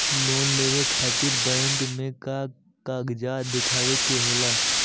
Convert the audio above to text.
Loan लेवे खातिर bank मे का कागजात दिखावे के होला?